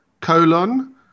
colon